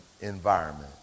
environment